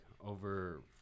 over